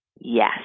yes